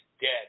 dead